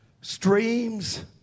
streams